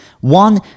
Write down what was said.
One